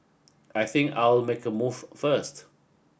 I think I'll make a move first